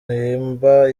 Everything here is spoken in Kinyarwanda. bwimba